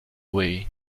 way